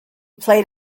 played